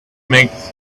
makes